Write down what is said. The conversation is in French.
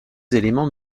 éléments